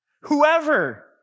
Whoever